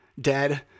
dead